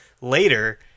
later